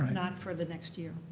not for the next year,